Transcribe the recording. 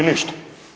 Ništa.